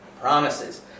promises